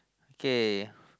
kay